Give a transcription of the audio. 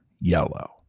yellow